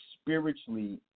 spiritually